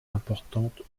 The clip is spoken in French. importante